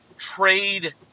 trade